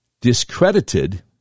discredited